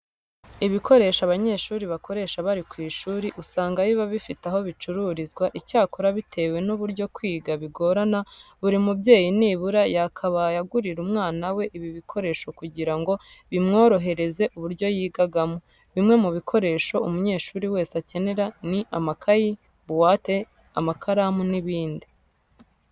Ibikoresho abanyeshuri bakoresha bari ku ishuri usanga biba bifite aho bicururizwa icyakora bitewe n'uburyo kwiga bigorana, buri mubyeyi nibura yakabaye agurira umwana we ibi bikoresho kugira ngo bimworohereze uburyo yigagamo. Bimwe mu bikoresho umunyeshuri wese akenera ni amakayi, buwate, amakaramu n'ibindi.